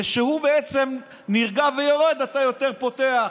וכשהוא בעצם נרגע ויורד אתה יותר פתוח.